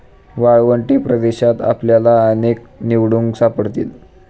वाळवंटी प्रदेशात आपल्याला अनेक निवडुंग सापडतील